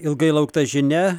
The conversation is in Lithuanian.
ilgai laukta žinia